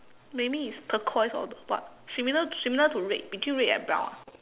maybe it's turquoise or what similar to similar to red between red and brown ah